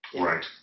Right